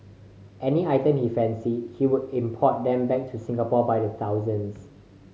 any item he fancied he would import them back to Singapore by the thousands